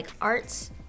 arts